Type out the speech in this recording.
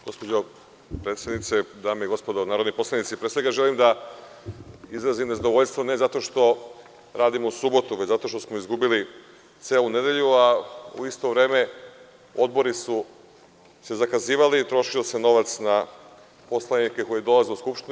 Gospođo predsednice, dame i gospodo narodni poslanici, pre svega želim da izrazim nezadovoljstvo zato što radimo subotom i zato što smo izgubili celu nedelju, a u isto vreme odbori su se zakazivali i trošio se novac na poslanike koji dolaze u Skupštinu.